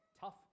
tough